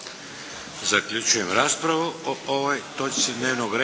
Zaključujem raspravu o ovoj točci dnevnog reda.